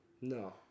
no